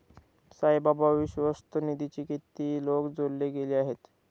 साईबाबा विश्वस्त निधीशी किती लोक जोडले गेले आहेत?